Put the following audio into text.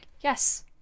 yes